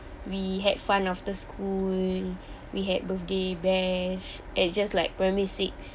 we had fun of the school we had birthday bash and just like primary six